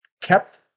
kept